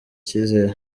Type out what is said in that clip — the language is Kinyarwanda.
icyizere